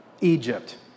Egypt